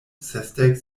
sesdek